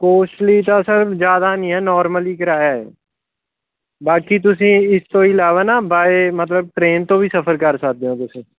costly ਤਾਂ sir ਜ਼ਿਆਦਾ ਨਹੀਂ ਹੈ ਨੋਰਮਲੀ ਕਿਰਾਇਆ ਹੈ ਬਾਕੀ ਤੁਸੀਂ ਇਸ ਤੋਂ ਇਲਾਵਾ ਨਾ ਬਾਏ ਮਤਲਬ ਟਰੇਨ ਤੋਂ ਵੀ ਸਫਰ ਕਰ ਸਕਦੇ ਹੋ ਤੁਸੀਂ